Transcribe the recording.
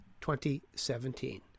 2017